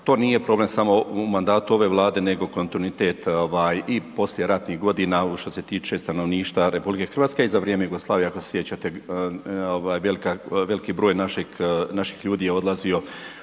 To nije problem samo u mandatu ove Vlade nego kontinuitet i poslijeratnih godina što se tiče stanovništva RH i za vrijeme Jugoslavije, ako se sjećate, veliki broj naših ljudi je odlazio